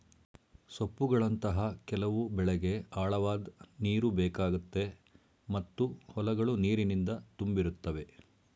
ಸೊಪ್ಪುಗಳಂತಹ ಕೆಲವು ಬೆಳೆಗೆ ಆಳವಾದ್ ನೀರುಬೇಕಾಗುತ್ತೆ ಮತ್ತು ಹೊಲಗಳು ನೀರಿನಿಂದ ತುಂಬಿರುತ್ತವೆ